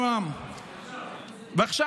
עכשיו,